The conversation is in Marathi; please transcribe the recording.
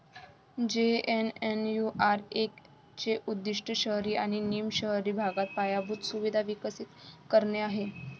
जे.एन.एन.यू.आर.एम चे उद्दीष्ट शहरी आणि निम शहरी भागात पायाभूत सुविधा विकसित करणे आहे